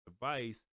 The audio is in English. device